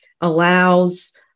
allows